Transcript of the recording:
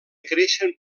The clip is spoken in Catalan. creixen